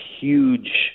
huge